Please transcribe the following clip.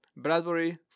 Bradbury